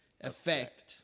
effect